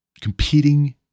competing